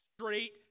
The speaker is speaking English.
Straight